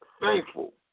thankful